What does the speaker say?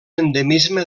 endemisme